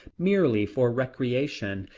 merely for recreation,